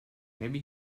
maybe